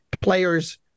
players